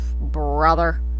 brother